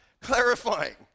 clarifying